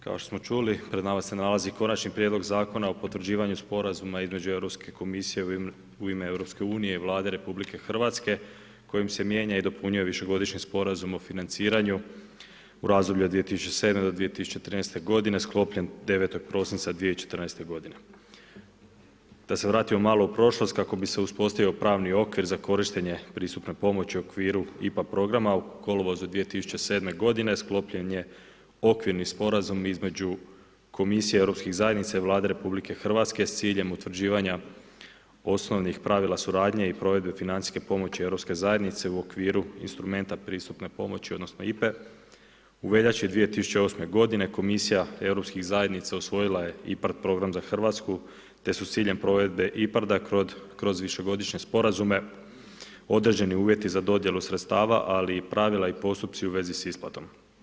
Kao što smo čuli, pred nama se nalazi Konačni prijedlog Zakona o potvrđivanju sporazuma između Europske komisije u ime EU i Vlade RH, kojim se mijenja i dopunjuje višegodišnji sporazum o financiranju u razdoblju od 2007.-2013. g. sklopljen 9. prosinca 2014. g. Da se vratimo malo u prošlost kako bi se uspostavio pravni okvir za korištenje pristupne pomoći u okviru IPA programa u kolovozu 2007. g. sklopljen je okvirni sporazum između komisije europskih zajednica i Vladi RH s ciljem utvrđivanja poslovnih pravila i suradnje i provedbe financijske pomoći Europske zajednice u okviru instrumente pretpristupne pomoći odnosno, IPA-e, u veljači 2008. g. komisija europskih zajednica usvojila je IPARD program za Hrvatsku, te su s ciljem provedbe IPARD-a kroz višegodišnje sporazume određeni uvjeti za dodjelu sredstava, ali i pravila i postupci u vezi s isplatom.